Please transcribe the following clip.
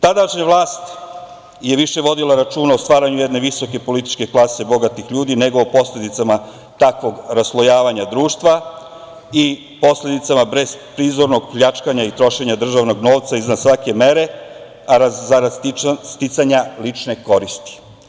Tadašnja vlast je više vodila računa o stvaranju jedne visoke političke klase, bogatih ljudi, nego o posledicama takvog raslojavanja društva, i posledicama bezprizornog pljačkanja i trošenja državnog novca izvan svake mere, a zarad sticanja lične koristi.